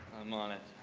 i'm on it.